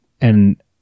and-